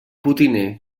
potiner